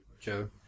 Joe